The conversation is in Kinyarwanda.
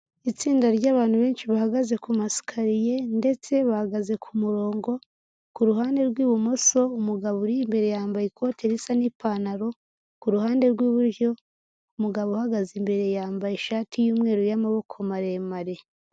Itsinda ry'abantu benshi bahagaze ku masikariye ndetse bahagaze ku murongo, ku ruhande rw'ibumoso umugabo uri imbere yambaye ikote risa n'ipantaro, ku ruhande rw'iburyo, umugabo uhagaze imbere yambaye ishati y'umweru y'amaboko maremare.